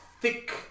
thick